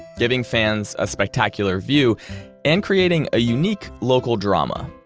giving fans a spectacular view and creating a unique local drama,